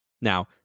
Now